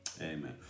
Amen